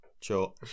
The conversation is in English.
sure